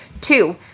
two